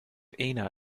ina